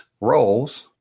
roles